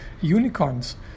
unicorns